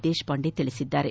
ದೇಶಪಾಂಡೆ ಹೇಳಿದ್ದಾರೆ